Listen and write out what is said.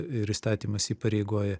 ir įstatymas įpareigoja